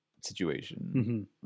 situation